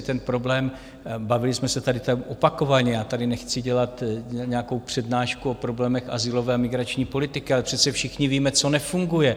Ten problém bavili jsme se tady opakovaně, já tady nechci dělat nějakou přednášku o problémech azylové migrační politiky ale přece všichni víme, co nefunguje.